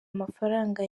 amafaranga